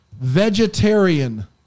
vegetarian